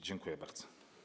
Dziękuję bardzo.